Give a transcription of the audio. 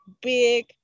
big